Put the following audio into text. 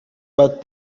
but